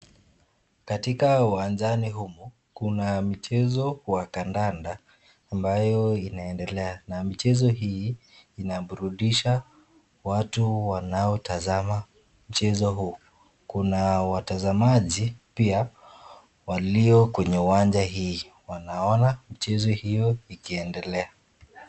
Katika uwanjani humu kuna mchezo wa kandanda ambayo inaendelea na michezo hii inaburudisha watu wanaotazama mchezo huu, kuna watazamaji pia walio kwenye uwanja hii wanaona mchezo hiyo ikiendelea.